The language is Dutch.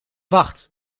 wacht